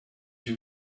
you